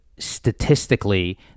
statistically